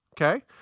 Okay